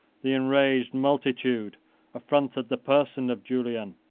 the enraged multitude affronted the person of julian,